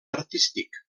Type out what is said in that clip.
artístic